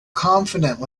confident